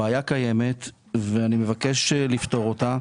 הבעיה קיימת ואני מבקש לפתור אותה.